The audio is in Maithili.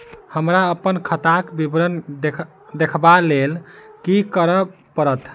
हमरा अप्पन खाताक विवरण देखबा लेल की करऽ पड़त?